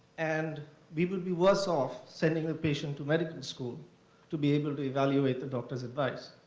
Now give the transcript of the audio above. and we would be worse off sending the patient to medical school to be able to evaluate the doctor's advice.